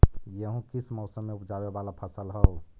गेहूं किस मौसम में ऊपजावे वाला फसल हउ?